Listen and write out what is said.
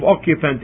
occupant